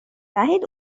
وحید